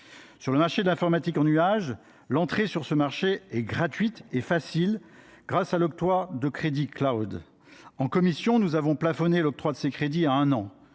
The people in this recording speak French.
Sur le marché de l’informatique en nuage, l’entrée est gratuite et facile, grâce à l’octroi de « crédits ». En commission spéciale, nous avons plafonné l’octroi de ces crédits à un an,